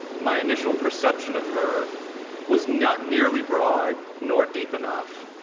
my initial perception of her was not nearly broad nor deep enough.